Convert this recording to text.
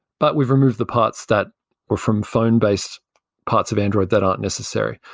but we've removed the parts that were from phone-based parts of android that aren't necessary.